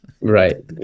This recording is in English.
Right